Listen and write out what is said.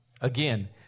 Again